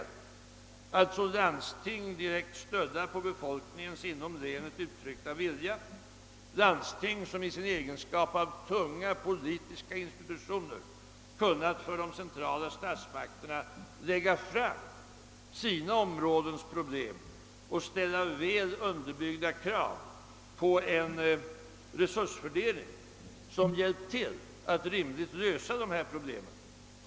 Låt oss föreställa oss att vi haft landsting direkt stödda på befolkningens inom länen uttryckta vilja, som i sin egenskap av tunga politiska institutioner kunnat för de centrala statsmakterna lägga fram sina områdens problem i stort och ställa väl underbyggda krav på en resursfördelning som hjälpt till att rimligen lösa dessa problem.